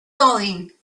going